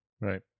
Right